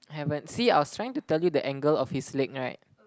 haven't see I was trying to tell you the angle of his leg right